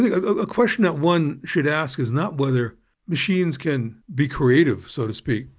a question that one should ask is not whether machines can be creative, so to speak,